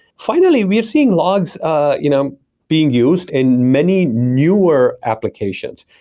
finally, we are seeing logs ah you know being used in many newer applications.